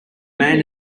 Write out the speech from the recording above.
man